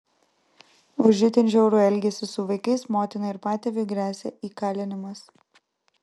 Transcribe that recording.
už itin žiaurų elgesį su vaikais motinai ir patėviui gresia įkalinimas